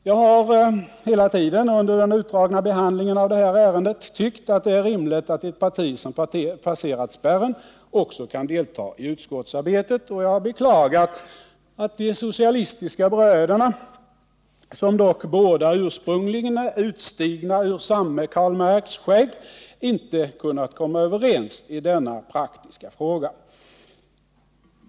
Jag har hela tiden under den utdragna behandlingen av det här ärendet tyckt, att det är rimligt att ett parti som passerat spärren också kan delta i utskottsarbetet, och jag har beklagat att de socialistiska bröderna, som dock båda ursprungligen är utstigna ur samme Karl Marx skägg, inte kunnat komma överens i denna praktiska fråga.